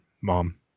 Mom